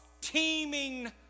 teeming